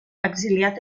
exiliat